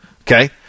Okay